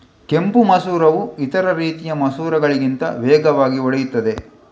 ಕೆಂಪು ಮಸೂರವು ಇತರ ರೀತಿಯ ಮಸೂರಗಳಿಗಿಂತ ವೇಗವಾಗಿ ಒಡೆಯುತ್ತದೆ